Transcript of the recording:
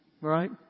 Right